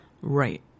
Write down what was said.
right